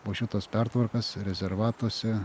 po šitos pertvarkos rezervatuose